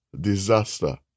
disaster